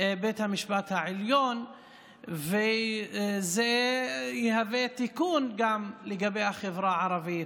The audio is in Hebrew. בית המשפט העליון וזה יהווה תיקון גם לגבי החברה הערבית.